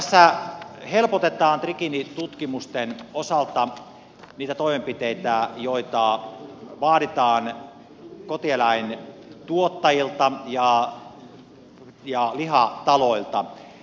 tässä helpotetaan trikiinitutkimusten osalta niitä toimenpiteitä joita vaaditaan kotieläintuottajilta ja lihataloilta